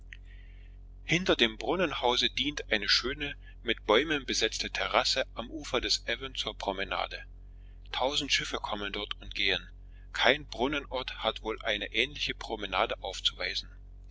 hinter dem brunnenhause dient eine schöne mit bäumen besetzte terrasse am ufer des avon zur promenade tausend schiffe kommen dort und gehen kein brunnenort hat wohl eine ähnliche promenade aufzuweisen